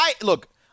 Look